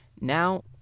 Now